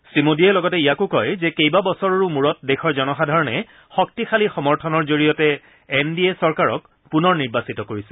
শ্ৰীমোডীয়ে লগতে ইয়াকো কয় যে কেইবা বছৰৰো মূৰত দেশৰ জনসাধাৰণে শক্তিশালী সমৰ্থনৰ জৰিয়তে এন ডি এ চৰকাৰক পুনৰ নিৰ্বাচিত কৰিছে